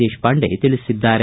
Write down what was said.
ದೇಶಪಾಂಡೆ ತಿಳಿಸಿದ್ದಾರೆ